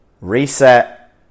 reset